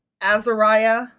Azariah